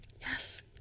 Yes